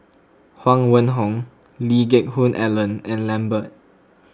Huang Wenhong Lee Geck Hoon Ellen and Lambert